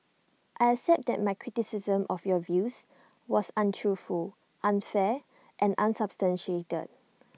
I accept that my criticism of your views was untruthful unfair and unsubstantiated